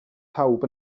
pawb